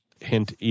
hint